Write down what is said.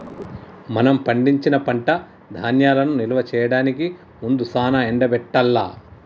మనం పండించిన పంట ధాన్యాలను నిల్వ చేయడానికి ముందు సానా ఎండబెట్టాల్ల